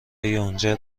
یونجه